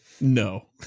No